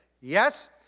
Yes